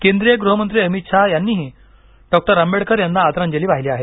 केंद्रीय गृहमंत्री अमित शाह यांनीही डॉक्टर आंबेडकर यांना आदरांजली वाहिली आहे